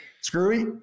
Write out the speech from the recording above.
Screwy